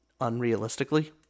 unrealistically